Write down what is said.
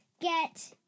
get